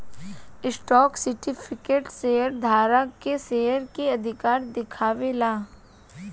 stock certificate share धारक के share के अधिकार दिखावे ला